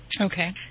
Okay